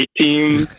team